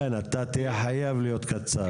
כן, אתה תהיה חייב להיות קצר.